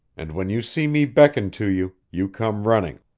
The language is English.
and when you see me beckon to you, you come running.